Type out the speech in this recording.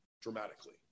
dramatically